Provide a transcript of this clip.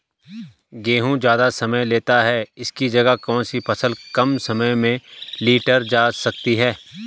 गेहूँ ज़्यादा समय लेता है इसकी जगह कौन सी फसल कम समय में लीटर जा सकती है?